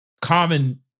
common